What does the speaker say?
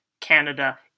Canada